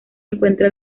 encuentra